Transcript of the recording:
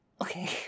Okay